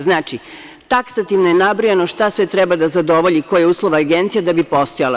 Znači, taksativno je nabrojano šta sve treba da zadovolji i koje uslove agencija da bi postojala.